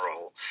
role